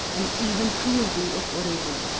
and even cruelty, of aurelian.